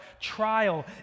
trial